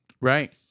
Right